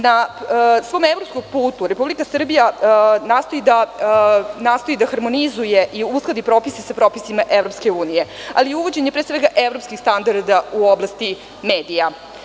Na svom evropskom putu Republika Srbija nastoji da harmonizuje i uskladi propise sa propisima EU, ali uvođenjem pre svega evropskih standarda u oblasti medija.